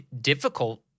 difficult